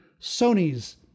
Sony's